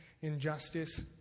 injustice